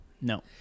No